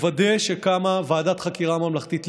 לוודא שקמה ועדת חקירה ממלכתית,